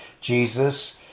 Jesus